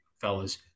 fellas